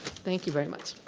thank you very much.